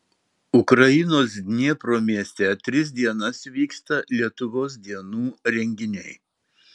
ukrainos dniepro mieste tris dienas vyksta lietuvos dienų renginiai